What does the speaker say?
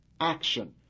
action